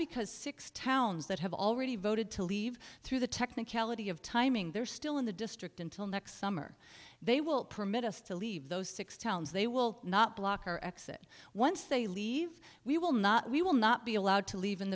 because six towns that have already voted to leave through the technicality of timing they're still in the district until next summer they will permit us to leave those six towns they will not block or exit once they leave we will not we will not be allowed to leave in